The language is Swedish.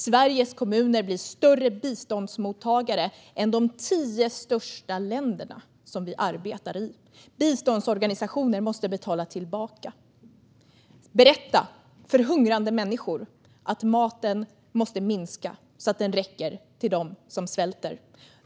Sveriges kommuner blir större biståndsmottagare än de tio största länderna som vi arbetar i. Biståndsorganisationer måste betala tillbaka. Berätta för hungrande människor att maten måste minska så att den inte räcker till dem som svälter.